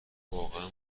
واقعا